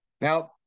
Now